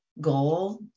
goal